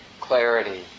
clarity